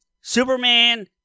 Superman